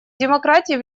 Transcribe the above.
демократий